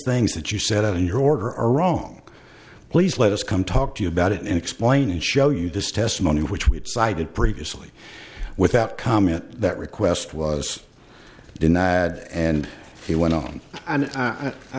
things that you set out in your order are wrong please let us come talk to you about it and explain and show you this testimony which we had cited previously without comment that request was denied and he went on and i